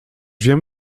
wiem